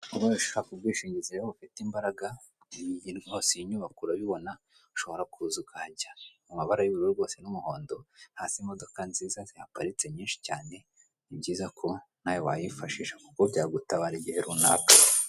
Ubaye ushaka ubwishingizi, iyi nyubako urabibona, ushobora kuza ukahajya mu mabara y'ubururu n'umuhondo. Hasi hari imodoka nziza zihaparitse nyinshi cyane. Ni byiza ko nawe wayifashisha kuko byagutabara igihe runaka.